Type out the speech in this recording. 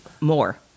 more